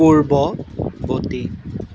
পূৰ্ৱবৰ্তী